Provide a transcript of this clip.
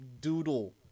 doodle